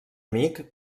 amic